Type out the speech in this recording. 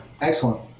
excellent